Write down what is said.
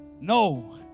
No